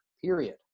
period